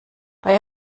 bei